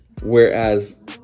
whereas